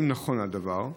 1. האם נכון הדבר?